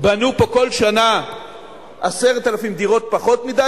בנו פה כל שנה 10,000 דירות פחות מדי,